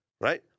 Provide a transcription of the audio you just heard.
right